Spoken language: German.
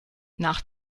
nach